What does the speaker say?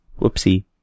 Whoopsie